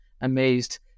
amazed